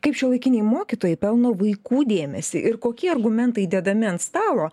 kaip šiuolaikiniai mokytojai pelno vaikų dėmesį ir kokie argumentai dedami ant stalo